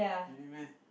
really meh